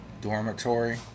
dormitory